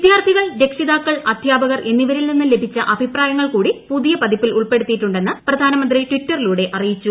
വിദ്യാർത്ഥികൾ രക്ഷിതാക്കൾ അധ്യാപകർ എന്നിവരിൽ നിന്നും ലഭിച്ച അഭിപ്രായങ്ങൾ കൂടി പുതിയ പതിപ്പിൽ ഉൾപ്പെടുത്തിയിട്ടുണ്ടെന്ന് പ്രധാനമന്ത്രി ട്വിറ്ററിലൂടെ അറിയിച്ചു